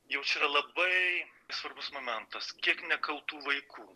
jau čia yra labai svarbus momentas kiek nekaltų vaikų